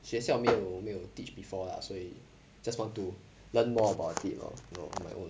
学校没有没有 teach before lah 所以 just want to learn more about it lor you know on my own